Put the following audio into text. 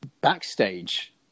backstage